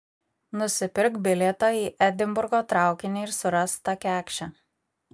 nusipirk bilietą į edinburgo traukinį ir surask tą kekšę